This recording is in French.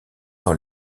dans